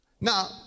now